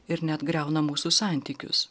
ir net griauna mūsų santykius